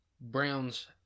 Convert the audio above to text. Browns